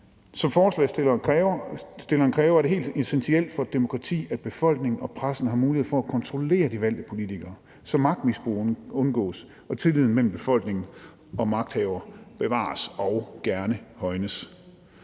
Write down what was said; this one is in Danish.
Som forslagsstilleren siger, er det helt essentielt for et demokrati, at befolkningen og pressen har mulighed for at kontrollere de valgte politikere, så magtmisbrug undgås, og tilliden mellem befolkningen og magthaverne bevares og gerne højnes.